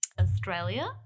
Australia